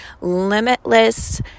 limitless